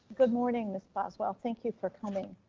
good morning, miss boswell. thank you for coming.